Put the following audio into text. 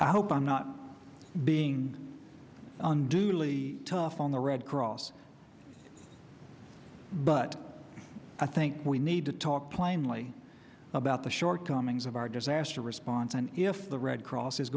i hope i'm not being unduly tough on the red cross but i think we need to talk plainly about the shortcomings of our disaster response and if the red cross is